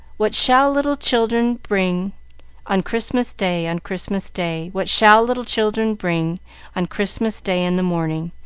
what shall little children bring on christmas day, on christmas day? what shall little children bring on christmas day in the morning?